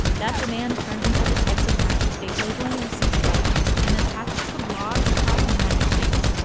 that demand turned into the types of package date labeling we see today and a patchwork of laws across the united states.